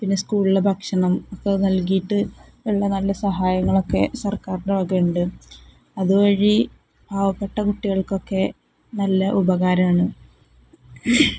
പിന്നെ സ്കൂളിലെ ഭക്ഷണം ഒക്കെ നൽകിയിട്ട് ഉള്ള നല്ല സഹായങ്ങളൊക്കെ സർക്കാരുടെ വക ഉണ്ട് അതുവഴി പാവപ്പെട്ട കുട്ടികൾക്കൊക്കെ നല്ല ഉപകാരമാണ്